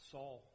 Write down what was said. Saul